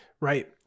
Right